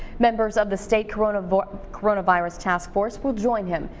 members of the state coronavirus coronavirus task force will join him.